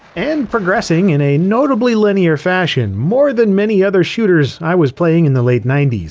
and progressing in a notably linear fashion, more than many other shooters i was playing in the late ninety s.